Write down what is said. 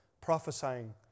prophesying